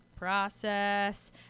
Process